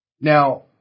Now